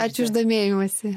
ačiū už domėjimąsi